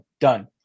done